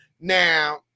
Now